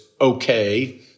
okay